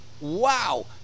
wow